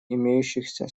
имеющихся